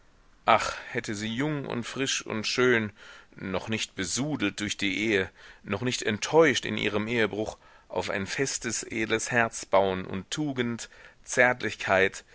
ach hätte sie jung und frisch und schön noch nicht besudelt durch die ehe noch nicht enttäuscht in ihrem ehebruch auf ein festes edles herz bauen und tugend zärtlichkeit